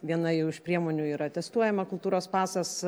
viena jau iš priemonių yra testuojama kultūros pasas